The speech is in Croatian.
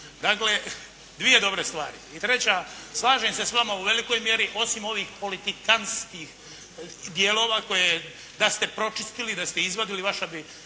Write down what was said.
Dakle, dvije dobre stvari. I treća, slažem se s vama u velikoj mjeri osim ovih politikanskih dijelova koje da ste pročistili, da ste izvadili vaša bi